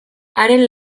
haren